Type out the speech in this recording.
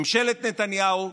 ממשלת נתניהו,